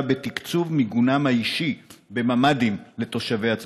בתקצוב מיגונם האישי בממ"דים של תושבי הצפון.